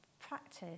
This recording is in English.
practice